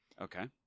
Okay